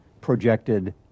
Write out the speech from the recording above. projected